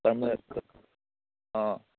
ꯀꯔꯝ ꯍꯥꯏꯅ ꯑꯥ